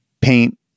paint